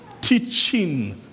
teaching